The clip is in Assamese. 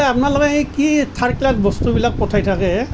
এই আপোনালোকে সেই কি থাৰ্ড বস্তুবিলাক পঠাই থাকে হে